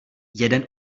jeden